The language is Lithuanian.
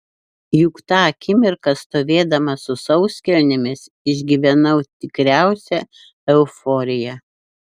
juk tą akimirką stovėdama su sauskelnėmis išgyvenau tikriausią euforiją